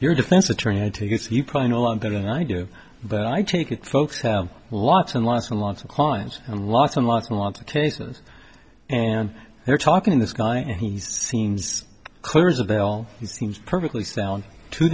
your defense attorney i take this you probably know a lot better than i do but i take it folks have lots and lots and lots of clients and lots and lots and lots of cases and we're talking this guy and he seems clear isabel he seems perfectly sound to